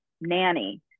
nanny